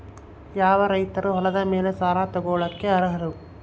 ಯಾವ ರೈತರು ಹೊಲದ ಮೇಲೆ ಸಾಲ ತಗೊಳ್ಳೋಕೆ ಅರ್ಹರು?